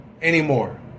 anymore